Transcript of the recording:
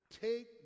take